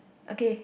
okay